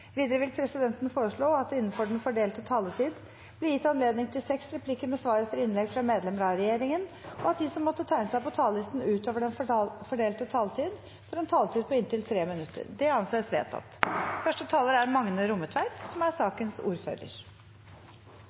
Videre vil presidenten foreslå at det – innenfor den fordelte taletid – blir gitt anledning til inntil seks replikker med svar etter innlegg fra medlemmer av regjeringen, og at de som måtte tegne seg på talerlisten utover den fordelte taletid, får en taletid på inntil 3 minutter. – Det anses vedtatt. Vi er